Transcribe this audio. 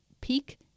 peak